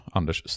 Anders